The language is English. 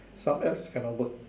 some apps cannot work